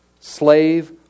Slave